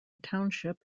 township